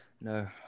no